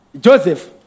Joseph